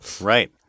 Right